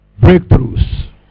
breakthroughs